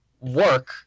work